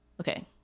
okay